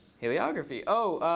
heliography. oh,